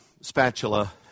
spatula